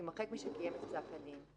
יימחק משקיים את פסק הדין.".